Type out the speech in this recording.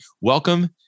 welcome